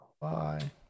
Bye